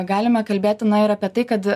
galime kalbėti na ir apie tai kad